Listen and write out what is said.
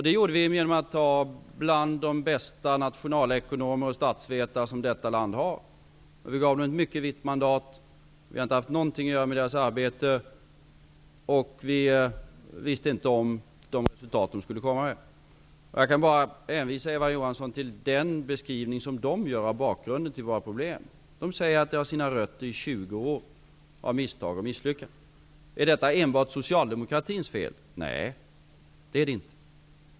Det gjorde vi genom att utse de bästa nationalekonomer och statsvetare som detta land har. Vi gav dem ett mycket vitt mandat. Vi har inte haft någonting att göra med deras arbete, och vi visste inte något om vilka resultat de skulle komma med. Jag kan bara hänvisa Eva Johansson till den beskrivning som kommissionen gör av bakgrunden till våra problem. Den säger att problemen har sina rötter i 20 år av misstag och misslyckanden. Är detta enbart Socialdemokratins fel? Nej, det är det inte.